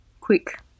quick